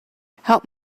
help